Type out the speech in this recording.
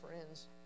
friends